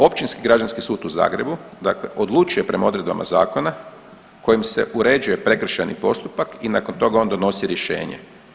Općinski građanski sud u Zagrebu dakle odlučuje prema odredbama zakona kojim se uređuje prekršajni postupak i nakon toga on donosi rješenje.